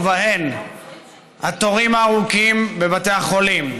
ובהן התורים הארוכים בבתי החולים,